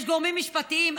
יש גורמים משפטיים.